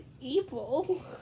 evil